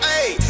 Hey